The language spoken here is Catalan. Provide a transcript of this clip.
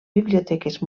biblioteques